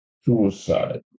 suicide